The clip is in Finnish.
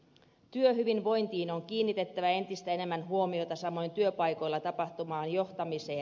työhyvinvointiin on kiinnitettävä entistä enemmän huomiota samoin työpaikoilla tapahtuvaan johtamiseen